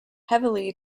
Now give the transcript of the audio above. heavily